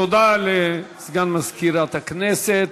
תודה לסגן מזכירת הכנסת.